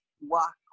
walk